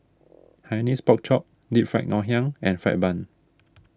Hainanese Pork Chop Deep Fried Ngoh Hiang and Fried Bun